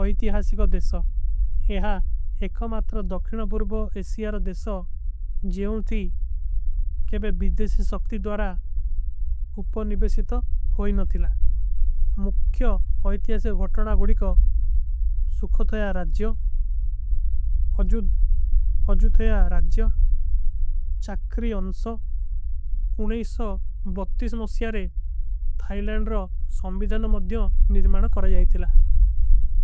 ଅହିତିହାସୀ କୋ ଦେଶୋ ଯହାଁ ଏକ ମାତ୍ର। ଦକ୍ରିନ ପୁର୍ବୋ ଏସିଯାରୋ ଦେଶୋ ଜେଵନ ଥୀ କୈବେ ବିଦେଶୀ ସକ୍ତି ଦୋରା। ଉପନିବେଶିତ ହୋଈ ନ ଥିଲା ମୁଖ୍ଯ ଅହିତିହାସେ। ଭଟଡା ଗୁଡୀ କୋ ସୁଖୋ ଥଯା ରାଜ୍ଯୋ ଅଜୁଧ। ଅଜୁଧ ଥଯା ରାଜ୍ଯୋ ଚାକ୍ରୀ ଅଂସୋ ମୁଶ୍ଯାରେ। ଥାଇଲାନ ରୋ ସଂଭୀଜାନ ମଦ୍ଯୋଂ ନିର୍ମାନ କରା ଯାଇ ଥିଲା।